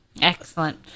Excellent